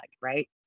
right